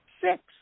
six